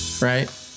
right